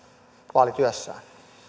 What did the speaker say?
vaalityössään